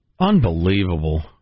Unbelievable